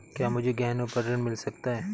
क्या मुझे गहनों पर ऋण मिल सकता है?